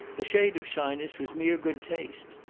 the shade of shyness was mere good taste.